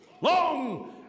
long